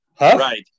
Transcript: Right